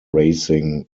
racing